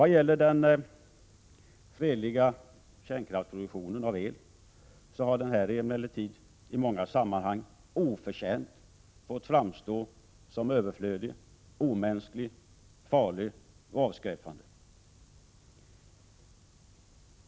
Den fredliga kärnkraftsproduktionen av el har emellertid i många 43 sammanhang oförtjänt fått framstå som överflödig, omänsklig, farlig och avskräckande.